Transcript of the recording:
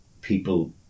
people